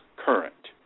Current